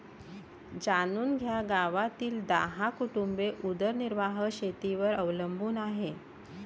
जाणून घ्या गावातील दहा कुटुंबे उदरनिर्वाह शेतीवर अवलंबून आहे